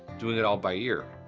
doing it all by ear,